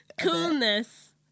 Coolness